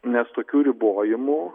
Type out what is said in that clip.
nes tokių ribojimų